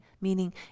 meaning